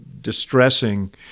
distressing